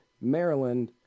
Maryland